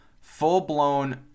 full-blown